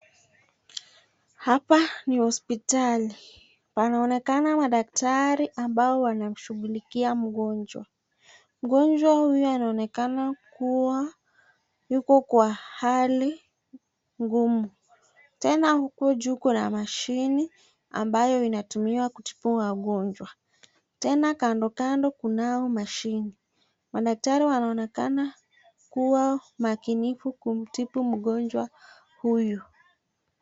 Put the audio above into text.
Hapa ni hospitali, panaonekana madaktari ambao wanamshughulikia mgonjwa. Mgonjwa huyu anaonekana kuwa yuko kwa hali ngumu, tena huku juu kuna mashini ambayo inatumiwa kutibu wagonjwa, tena kando kando kunayo mashini. Madaktari wanaonekana kuwa makinifu kumtibu mgojwa huyu.